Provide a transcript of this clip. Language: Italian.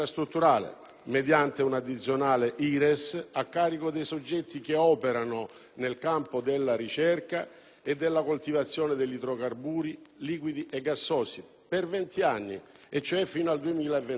mediante una addizionale IRES a carico dei soggetti che operano nel campo della ricerca e della coltivazione degli idrocarburi liquidi e gassosi, per venti anni, cioè fino al 2028.